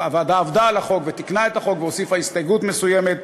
הוועדה עבדה על החוק ותיקנה את החוק והוסיפה הסתייגות מסוימת.